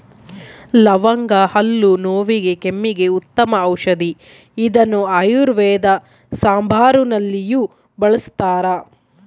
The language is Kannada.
ಲವಂಗ ಹಲ್ಲು ನೋವಿಗೆ ಕೆಮ್ಮಿಗೆ ಉತ್ತಮ ಔಷದಿ ಇದನ್ನು ಆಯುರ್ವೇದ ಸಾಂಬಾರುನಲ್ಲಿಯೂ ಬಳಸ್ತಾರ